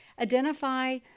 identify